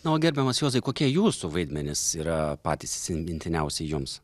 na o gerbiamas juozai kokie jūsų vaidmenys yra patys įsimintiniausi jums